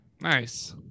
nice